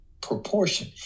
proportion